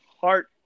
heart